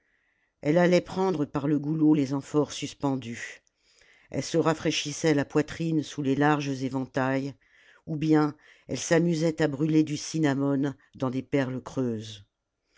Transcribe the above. elle allait prendre par le goulot les amphores suspendues elle se rafraîchissait la poitrine sous les larges éventails ou bien elle s'amusait à brûler du cinnamome dans des perles creuses